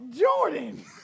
Jordan